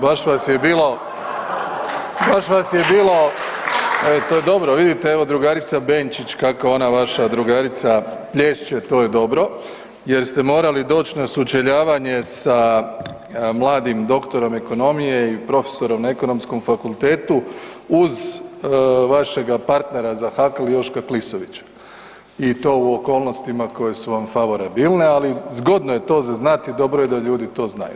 Baš vas je bilo baš vas je bilo, to je dobro, vidite, evo, drugarica Benčić, kako ona vaša drugarica, plješće, to je dobro jer ste morali doći na sučeljavanje sa mladim doktorom ekonomije i profesorom na ekonomskom fakultetu uz vašega partnera za hakl, Joška Klisovića i to u okolnostima koje su vam favorabilne, ali zgodno je to za znati, dobro je da ljudi to znaju.